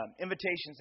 invitations